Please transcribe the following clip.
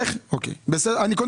אני מאוד